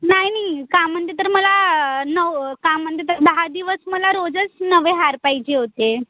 नाही नाही काय म्हणते तर मला नऊ काय म्हणते तर दहा दिवस मला रोजच नवे हार पाहिजे होते